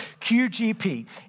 QGP